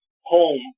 home